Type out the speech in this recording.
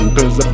Cause